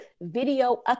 video